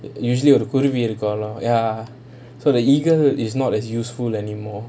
usually ஒரு குருவி இருக்கும்:oru kuruvi irukkum lah ya so the eagle is not as useful anymore